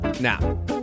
now